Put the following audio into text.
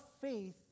faith